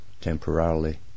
temporarily